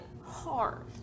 hard